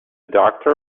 doctor